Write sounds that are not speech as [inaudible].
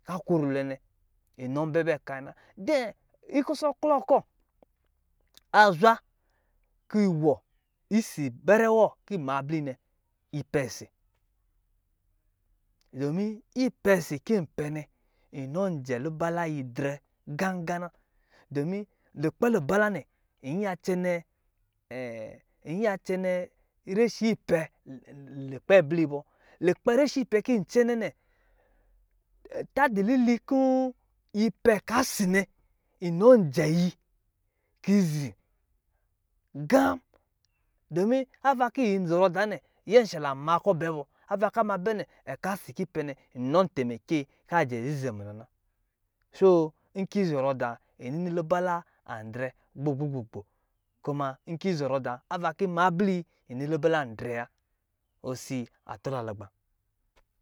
Ka ko rulwe nɛ inɔ bɛ bɛ ka na [unintelligible] ikɔsɔklɔ kɔ̄, [noise] a zwa ki wɔ issi bɛrɛ wɔ kiyi ma bli yi nɛ, ipɛ sii dɔmin, ipɛ si kiyi pɛ nɛ, inɔ jɛ lubala yi drɛ gagan na, dɔmin, lukpɛ lubala nɛ iyiya cɛnɛ [hesitation] iyiya cɛnɛ rɛshii pɛ li lukpɛ bli yi bɔ. Lukpɛ reshi pɛ kiyi cɛnɛ nɛ, ta dilili kɔ̄ yi pɛ ka si nɛ, inɔ jɛ yi ki zi gam, dɔmin, ava ki yi zɔrɔ dāā nɛ, nyɛshala ma kɔ̄ bɛ bɔ. Ava ka a mɛ bɛ nɛ, ka si kiyi pɛ nɛ inɔ tɛmɛkiyi ka jɛ zizi munɔ na. Soo inki yi zɔrɔ dā inini lubala an drɛ gbogbo gbogbo, kuma, inki yi zɔrɔ dā, ava kiyi ma abli yi, ini lubala an drɛ wa. Osi a tɔ la lugba.